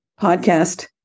podcast